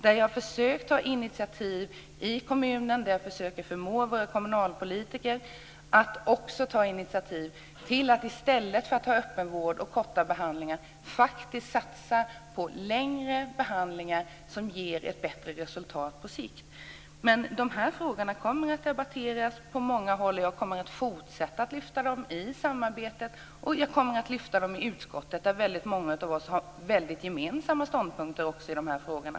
Jag har försökt att ta initiativ i kommunen och förmå våra kommunalpolitiker till att satsa på längre behandlingar som ger ett bättre resultat på sikt i stället för korta behandlingar i öppenvården. De här frågorna kommer att debatteras på många håll. Jag kommer att fortsätta att lyfta fram dem i samarbetet och i utskottet där många av oss har gemensamma ståndpunkter i de här frågorna.